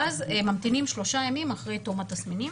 ואז ממתינים שלושה ימים אחרי תום התסמינים.